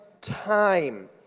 time